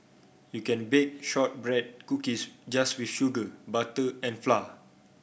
you can bake shortbread cookies just with sugar butter and flour